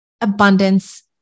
abundance